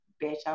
better